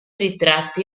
ritratti